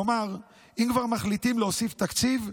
כלומר, אם כבר מחליטים להוסיף תקציב,